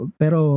pero